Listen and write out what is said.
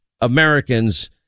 Americans